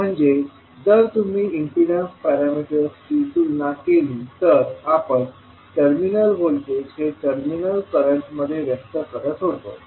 म्हणजे जर तुम्ही इम्पीडन्स पॅरामीटरशी तुलना केली तर आपण टर्मिनल व्होल्टेज हे टर्मिनल करंटमध्ये व्यक्त करत होतो